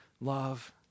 love